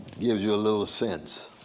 gives you a little sense